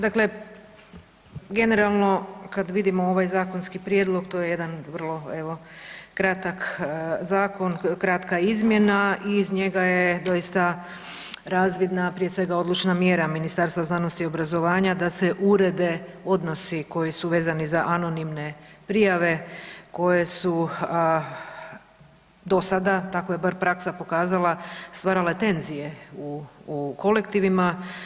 Dakle, generalno kada vidimo ovaj zakonski prijedlog to je jedan vrlo evo kratak zakon, kratka izmjena i iz njega je doista razvidna prije svega odlučna mjera Ministarstva znanosti i obrazovanja da se urede odnosi koji su vezani za anonimne prijave koje su do sada, tako je bar praksa pokazala stvarale tenzije u kolektivima.